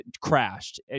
crashed